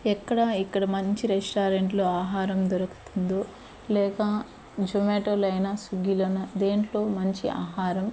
ఎక్కడా ఎక్కడ మంచి రెస్టారెంట్లో ఆహారం దొరుకుతుందో లేక జోమాటోలో అయినా స్విగ్గీలోనా దేనిలో మంచి ఆహారం